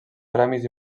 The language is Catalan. premis